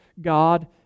God